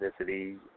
ethnicity